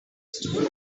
stone